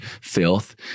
filth